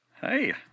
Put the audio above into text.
Hey